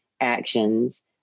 actions